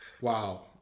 wow